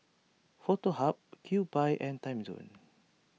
Foto Hub Kewpie and Timezone